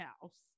house